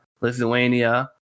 Lithuania